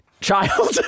child